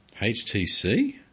HTC